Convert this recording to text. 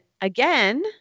again